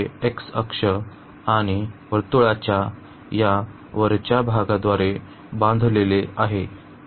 तर हे एक्स अक्ष आणि वर्तुळाच्या या वरच्या भागाद्वारे बांधलेले आहे